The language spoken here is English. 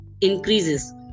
increases